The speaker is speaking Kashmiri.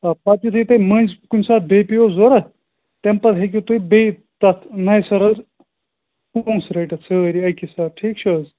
آ پَتہٕ یِتھُے تُہۍ مٔنٛزۍ کُنہِ ساتہٕ بیٚیہِ پیٚیَو ضروٗرت تَمہِ پَتہٕ ہیٚکِو تُہۍ بیٚیہِ تَتھ نَیہِ سرٕ حظ پۅنٛسہٕ رٔٹِتھ سٲری اَکی ساتہٕ ٹھیٖک چھِ حظ